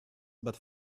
but